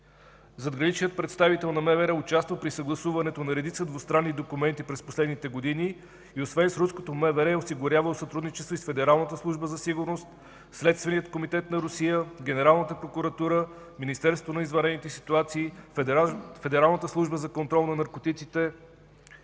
Задграничният представител на МВР участва при съгласуването на редица двустранни документи през последните години и освен с руското МВР е осигурявал сътрудничество и с Федералната служба за сигурност, Следствения комитет на Русия, Генералната прокуратура, Министерството на извънредните ситуации, Федералната служба за контрол на наркотиците